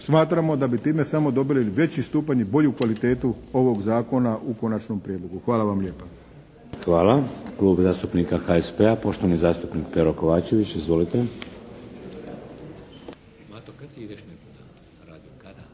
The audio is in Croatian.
smatramo da bi time samo dobili veći stupanj i bolju kvalitetu ovog Zakona u konačnom prijedlogu. Hvala vam lijepa. **Šeks, Vladimir (HDZ)** Hvala. Klub zastupnika HSP-a, poštovani zastupnik Pero Kovačević. Izvolite.